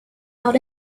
out